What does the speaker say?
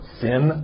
sin